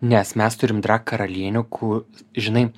nes mes turim drag karalienių kur žinai